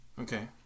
Okay